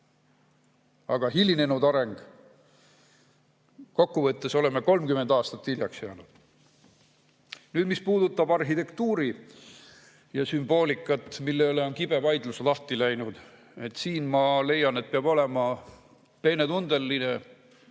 Aga hilinenud areng! Kokkuvõttes oleme 30 aastat hiljaks jäänud. Nüüd, mis puudutab arhitektuuri ja sümboolikat, mille üle on kõva vaidlus lahti läinud, siis siin ma leian, et peab olema peenetundeline,